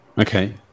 Okay